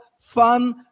fun